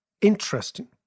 interesting